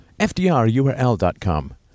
fdrurl.com